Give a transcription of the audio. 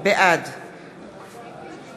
בעד